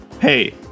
Hey